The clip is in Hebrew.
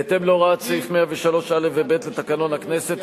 בהתאם להוראת סעיף 103(א) (ב) לתקנון הכנסת,